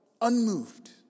Unmoved